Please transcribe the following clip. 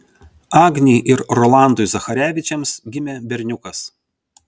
agnei ir rolandui zacharevičiams gimė berniukas